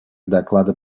доклада